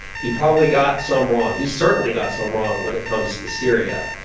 he probably got some wrong. he certainly got some wrong when it comes to syria.